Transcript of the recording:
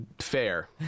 Fair